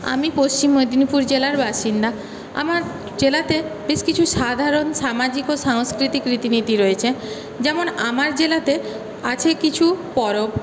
আমি পশ্চিম মেদিনীপুর জেলার বাসিন্দা আমার জেলাতে বেশ কিছু সাধারণ সামাজিক ও সাংস্কৃতিক রীতিনীতি রয়েছে যেমন আমার জেলাতে আছে কিছু পরব